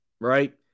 right